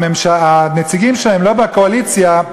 הנציגים שלהם לא בקואליציה,